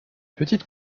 petites